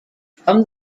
from